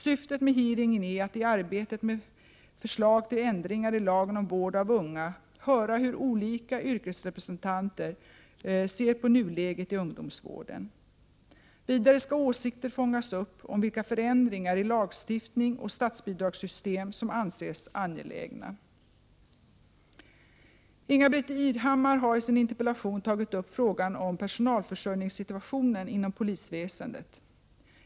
Syftet med hearingen är att i arbetet med förslag till ändringar i lagen om vård av unga höra hur olika yrkesrepresentanter ser på nuläget i ungdomsvården. Vidare skall åsikter fångas upp om vilka förändringar i lagstiftning och statsbidragssystem som anses angelägna. Ingbritt Irhammar har i sin interpellation tagit upp frågan om personalförsörjningssituationen inom polisväsendet.